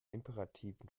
imperativen